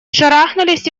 шарахнулись